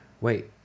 Wait